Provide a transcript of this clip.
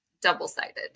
double-sided